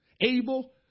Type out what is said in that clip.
Abel